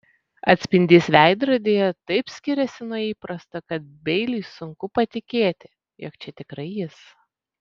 atspindys veidrodyje taip skiriasi nuo įprasto kad beiliui sunku patikėti jog čia tikrai jis